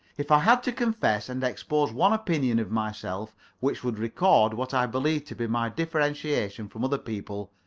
if i had to confess and expose one opinion of myself which would record what i believe to be my differentiation from other people,